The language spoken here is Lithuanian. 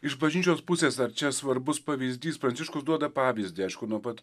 iš bažnyčios pusės ar čia svarbus pavyzdys pranciškus duoda pavyzdį aišku nuo pat